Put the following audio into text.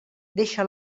deixa